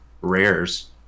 rares